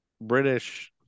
British